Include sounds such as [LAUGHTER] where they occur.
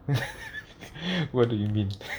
[LAUGHS] what do you mean [LAUGHS]